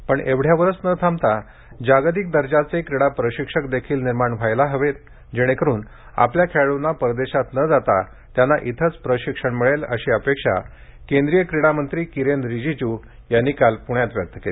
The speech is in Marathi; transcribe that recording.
पण एवढ्यावरच न थांबता जागतिक दर्जाचे क्रीडा प्रशिक्षक देखील निर्माण व्हायला हवेत जेणेकरून आपल्या खेळाडूंना परदेशात न जाता त्यांना इथेच प्रशिक्षण मिळेल अशी अपेक्षा केंद्रीय क्रीडा मंत्री कीरेन रिजिजु यांनी काल पूण्यात व्यक्त केली